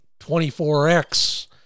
24X